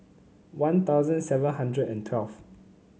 One Thousand seven hundred and twelve